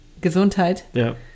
gesundheit